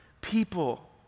people